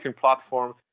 platform